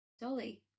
Dolly